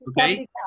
okay